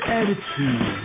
attitude